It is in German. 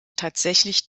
tatsächlich